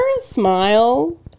smile